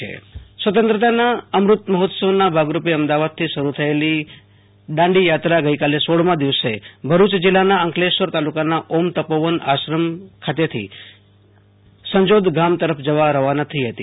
આશુતોષ અંતાણી રાજય ઃ દાંડીયાત્રા ઃ સ્વતંત્રતાના અમ્રતમહોત્સવના ભાગરૂપે અમદાવાદથી શરૂ થયેલી દાંડીયાત્રા ગઈકાલે સોળમા દિવસે ભરૂચ જિલ્લાના અંકલેશ્વર તાલુકાના ઓમ તપોવન આશ્રમ ખાતથો સજોદ ગામ તરફ રવાના થઈ હતી